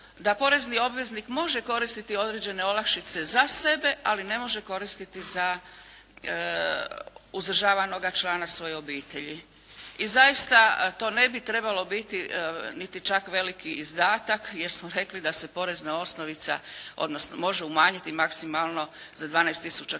da porezni obveznik može koristiti određene olakšice za sebe, ali ne može koristiti za uzdržavanoga člana svoje obitelji. I zaista to ne bi trebalo biti niti čak veliki izdatak jer smo rekli da se porezna osnovica odnosno može umanjiti maksimalno za 12 tisuća